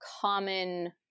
common